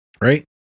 right